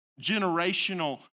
generational